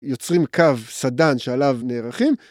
יוצרים קו סדן שעליו נערכים.